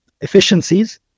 efficiencies